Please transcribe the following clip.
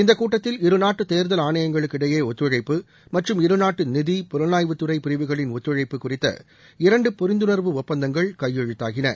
இந்தக் கூட்டத்தில் இருநாட்டு தேர்தல் ஆணையங்களுக்கு இடையே ஒத்துழைப்பு மற்றும் இருநாட்டு புலனாய்வுத்துறை பிரிவுகளின் ஒத்துழைப்பு குறித்த இரண்டு புரிந்துணா்வு ஒப்பந்தங்கள் நிதி கையெழுத்தாகியுள்ளன